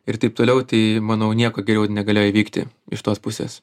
ir taip toliau tai manau nieko geriau negalėjo įvykti iš tos pusės